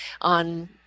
on